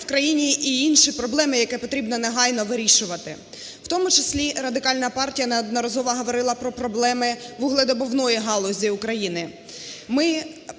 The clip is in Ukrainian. в країні і інші проблеми, які потрібно негайно вирішувати, в тому числі Радикальна партія неодноразово говорила про проблеми вугледобувної галузі України.